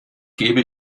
gebe